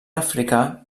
africà